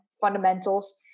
fundamentals